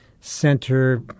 Center